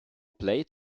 played